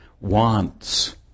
Wants